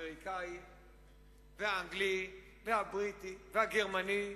האמריקני והאנגלי, והבריטי, והגרמני,